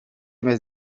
mes